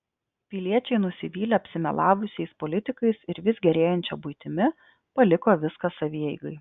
piliečiai nusivylę apsimelavusiais politikais ir vis gerėjančia buitimi paliko viską savieigai